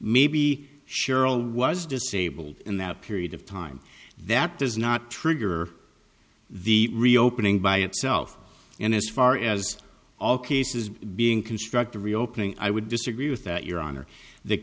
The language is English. maybe cheryl was disabled in that period of time that does not trigger the reopening by itself and as far as all cases being constructive reopening i would disagree with that your honor the